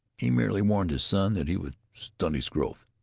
he merely warned his son that he would stunt his growth.